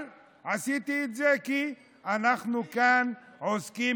אבל עשיתי את זה כי אנחנו כאן עוסקים